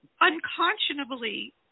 unconscionably